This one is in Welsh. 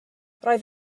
roedd